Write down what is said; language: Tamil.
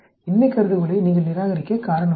இன்மை கருதுகோளை நீங்கள் நிராகரிக்க காரணம் இல்லை